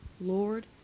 Lord